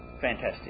fantastic